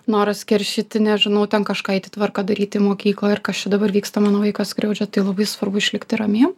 noras keršyti nežinau ten kažką eiti tvarką daryti į mokyklą ir kas čia dabar vyksta mano vaiką skriaudžia tai labai svarbu išlikti ramiem